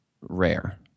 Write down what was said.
rare